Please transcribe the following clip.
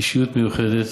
אישיות מיוחדת.